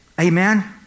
Amen